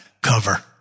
cover